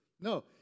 No